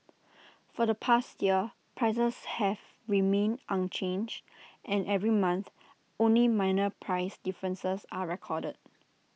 for the past year prices have remained unchanged and every month only minor price differences are recorded